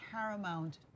paramount